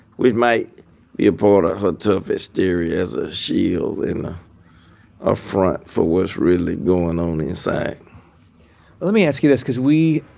which might be a part of her tough exterior as a shield and ah a front for what's really going on inside let me ask you this because we